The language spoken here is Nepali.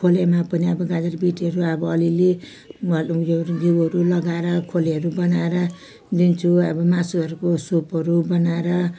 खोलेमा पनि अब गाजर बिटहरू अब अलिअलि मारुङ्गीहरू घिउहरू लगाएर खोलेहरू बनाएर दिन्छु अब मासुहरूको सुपहरू बनाएर